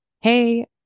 Hey